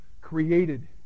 created